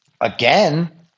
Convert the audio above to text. Again